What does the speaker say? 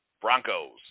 Broncos